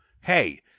Hey